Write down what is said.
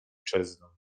czezną